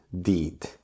deed